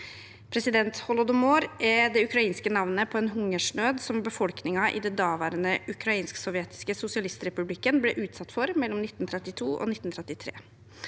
folket. Holodomor er det ukrainske navnet på en hungersnød som befolkningen i den daværende ukrainsk-sovjetiske sosialistrepublikken ble utsatt for mellom 1932 og 1933.